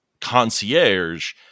concierge